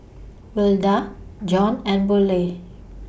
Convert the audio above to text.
Wilda Joan and Burleigh